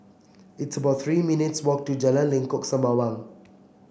it's about Three minutes' walk to Jalan Lengkok Sembawang